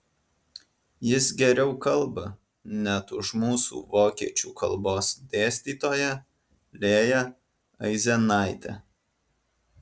jis geriau kalba net už mūsų vokiečių kalbos dėstytoją lėją aizenaitę